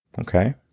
Okay